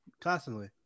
Constantly